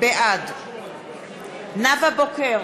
בעד נאוה בוקר,